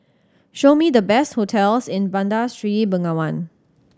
show me the best hotels in Bandar Seri Begawan